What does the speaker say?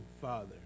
Father